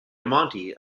monty